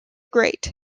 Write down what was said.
great